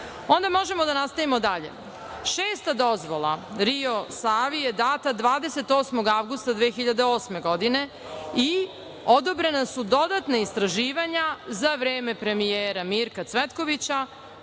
može da nastavimo dalje. Šesta dozvola Rio Savi je data 28. avgusta 2008. godine i odobrena su dodatna istraživanja za vreme premijera Mirka Cvetkovića,